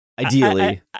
Ideally